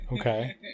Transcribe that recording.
Okay